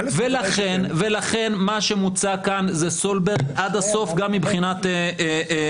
לכן מה שמוצע כאן זה סולברג עד הסוף גם מבחינת הרציונל.